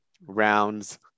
Rounds